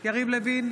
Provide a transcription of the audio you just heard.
יריב לוין,